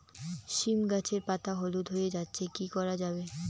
সীম গাছের পাতা হলুদ হয়ে যাচ্ছে কি করা যাবে?